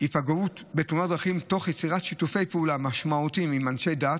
היפגעות בתאונות דרכים תוך יצירת שיתופי פעולה משמעותיים עם אנשי דת,